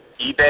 eBay